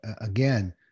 again